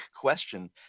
question